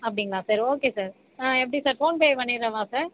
அப்படிங்களா sir okay sir எப்படி sir PhonePe பண்ணிவிடவா சார்